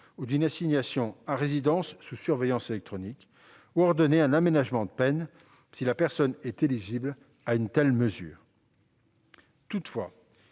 ou d'une assignation à résidence sous surveillance électronique (ARSE) ; ordonner un aménagement de peine si la personne est éligible à une telle mesure. Toutefois,